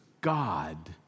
God